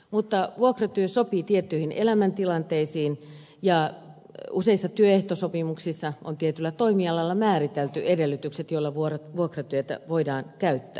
mutta vuokratyö sopii tiettyihin elämäntilanteisiin ja useissa työehtosopimuksissa on tietyllä toimialalla määritelty edellytykset joilla vuokratyötä voidaan käyttää